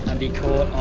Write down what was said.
be caught